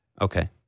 Okay